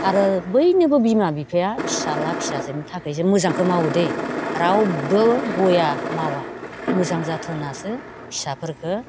आरो बयनिबो बिमा बिफाया फिसाज्ला फिसाजोनि थाखायसो मोजांखौ मावो दै रावबो बेया मावा मोजां जाथों होननासो फिसाफोरखौ